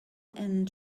and